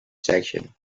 section